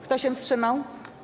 Kto się wstrzymał?